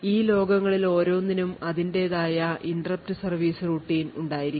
ഈ ലോകങ്ങളിൽ ഓരോന്നിനും അതിന്റേതായ interrupt service routine ഉണ്ടായിരിക്കും